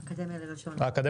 את האקדמיה ללשון?